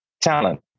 talent